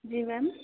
जी ma'am